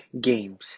games